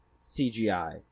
CGI